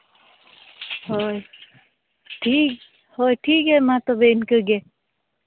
ᱦᱳᱭ ᱴᱷᱤᱠ ᱦᱳᱭ ᱴᱷᱤᱠ ᱜᱮᱭᱟ ᱢᱟ ᱛᱚᱵᱮ ᱤᱱᱠᱟᱹ ᱜᱮ